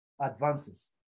advances